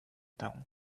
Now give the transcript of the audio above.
down